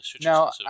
Now